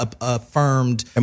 affirmed